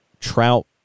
Trout